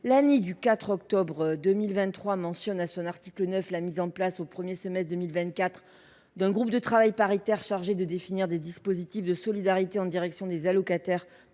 (ANI) du 4 octobre 2023 mentionne à son article 9 la mise en place au premier semestre de 2024 d’un groupe de travail paritaire chargé de définir des dispositifs de solidarité en direction des allocataires